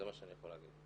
זה מה שאני יכול להגיד.